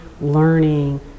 learning